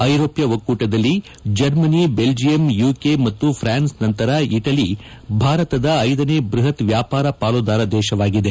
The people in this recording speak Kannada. ಐರೋಷ್ಣ ಒಕ್ಕೂಟದಲ್ಲಿ ಜರ್ಮನಿ ಬೆಲ್ಲಿಯಂ ಯುಕೆ ಮತ್ತು ಪ್ರಾನ್ಸ್ ನಂತರ ಇಟಲಿ ಭಾರತದ ಐದನೇ ಬೃಹತ್ ವ್ಲಾಪಾರ ಪಾಲುದಾರ ದೇಶವಾಗಿದೆ